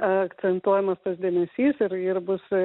akcentuojamas tas dėmesys ir ir bus